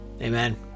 Amen